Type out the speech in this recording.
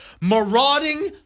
marauding